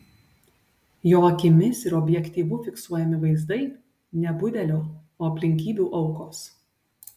jo akimis ir objektyvu fiksuojami vaizdai ne budelio o aplinkybių aukos